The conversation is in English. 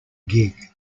gig